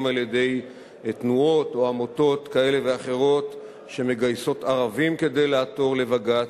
על-ידי תנועות או עמותות כאלה ואחרות שמגייסות ערבים כדי לעתור לבג"ץ,